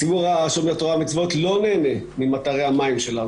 הציבור שומר תורה ומצוות לא נהנה מאתרי המים שלנו,